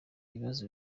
ibibazo